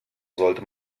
sollte